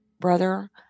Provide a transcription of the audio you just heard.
brother